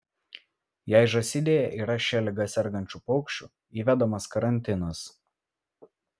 jei žąsidėje yra šia liga sergančių paukščių įvedamas karantinas